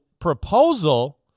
proposal